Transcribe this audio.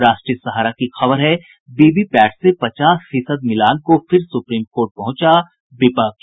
राष्ट्रीय सहारा की खबर है वीवीपैट से पचास फीसद मिलान को फिर सुप्रीम कोर्ट पहुंचा विपक्ष